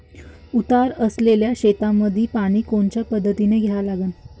उतार असलेल्या शेतामंदी पानी कोनच्या पद्धतीने द्या लागन?